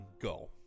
go